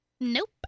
Nope